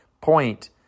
point